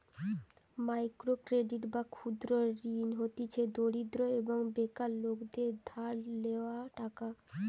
micro credit বা ক্ষুদ্র ঋণ হতিছে দরিদ্র এবং বেকার লোকদের ধার লেওয়া টাকা